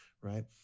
right